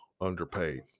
underpaid